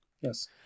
yes